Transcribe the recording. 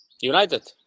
united